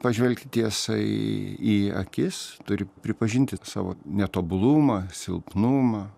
pažvelgti tiesai į akis turi pripažinti savo netobulumą silpnumą